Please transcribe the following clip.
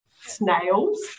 snails